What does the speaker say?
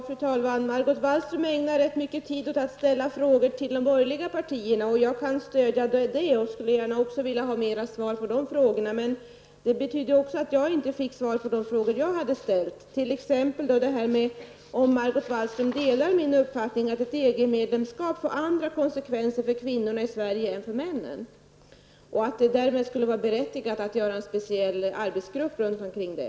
Fru talman! Margot Wallström ägnar rätt mycket tid åt att ställa frågor till de borgerliga partierna. Jag kan stödja det, och även jag skulle gärna vilja ha fler svar på de frågorna. Men detta innebär också att jag inte fick något svar på de frågor jag ställde. Delar Margot Wallström min uppfattning att ett EG-medlemskap får andra konsekvenser för kvinnorna i Sverige än för männen och att det därmed skulle vara berättigat att tillsätta en speciell arbetsgrupp med uppgift att studera frågan?